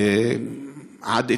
עד אתמול,